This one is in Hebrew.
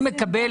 אני מקבל